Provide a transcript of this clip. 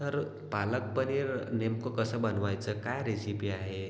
तर पालक पनीर नेमकं कसं बनवायचं काय रेसिपी आहे